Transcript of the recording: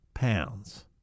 pounds